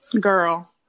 girl